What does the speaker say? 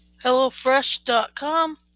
HelloFresh.com